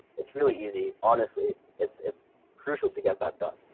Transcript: it's really easy. honestly, it's, it's crucial to get that done.